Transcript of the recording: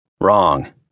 Wrong